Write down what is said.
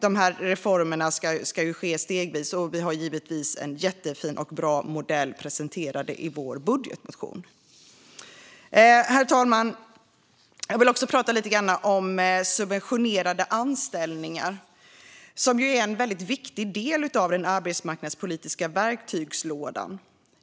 Dessa reformer ska ske stegvis, och vi har givetvis en jättefin och bra modell presenterad i vår budgetmotion. Herr talman! Jag vill också prata lite om subventionerade anställningar, som är en viktig del av den arbetsmarknadspolitiska verktygslådan.